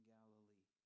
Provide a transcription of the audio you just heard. Galilee